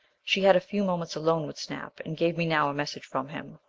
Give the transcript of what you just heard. she had a few moments alone with snap and gave me now a message from him,